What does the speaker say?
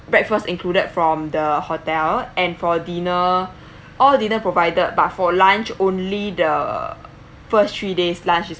breakfast included from the hotel and for dinner all didn't provided by for lunch only the first three days lunch is